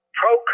pro